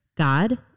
God